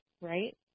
right